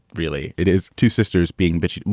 really, it is two sisters being bitchy,